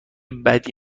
بدی